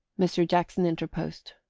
mr. jackson interposed.